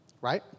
right